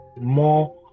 more